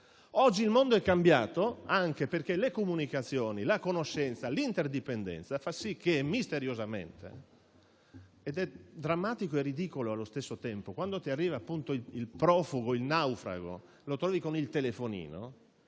Oggi il mondo è cambiato anche perché le comunicazioni, la conoscenza e l'interdipendenza fanno sì che misteriosamente - ed è drammatico e ridicolo allo stesso tempo - quando arriva il profugo o il naufrago, lo si trova con il telefonino.